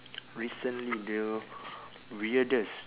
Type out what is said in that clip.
recently the weirdest